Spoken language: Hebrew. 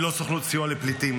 היא לא סוכנות סיוע לפליטים,